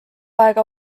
aega